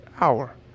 hour